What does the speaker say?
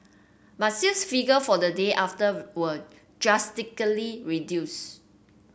but sales figure for the day after were drastically reduce